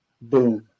boom